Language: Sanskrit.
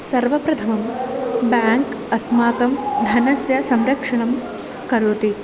सर्वप्रथमं बेङ्क् अस्माकं धनस्य संरक्षणं करोति